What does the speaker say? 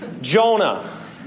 Jonah